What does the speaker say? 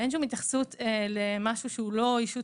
ואין שם התייחסות למשהו שהוא לא ישות